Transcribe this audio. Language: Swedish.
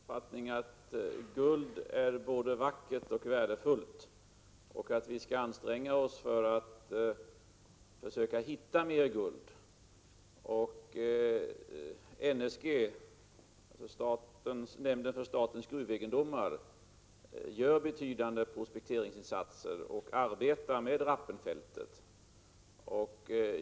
Herr talman! Jag delar Paul Lestanders uppfattning att guld är både vackert och värdefullt och att vi skall anstränga oss för att hitta mer guld. NSG, nämnden för statens gruvegendomar, gör betydande prospekteringsinsatser för och arbetar med Rappenfältet.